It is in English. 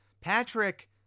Patrick